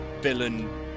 villain